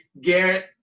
Garrett